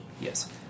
Yes